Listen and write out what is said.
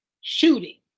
Shooting